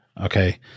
Okay